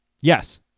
Yes